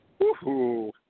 Woohoo